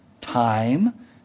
Time